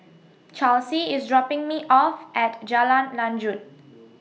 Charlsie IS dropping Me off At Jalan Lanjut